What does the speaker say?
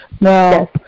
Now